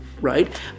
right